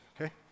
okay